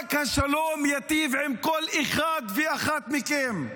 רק השלום יטיב עם כל אחד ואחת מכם,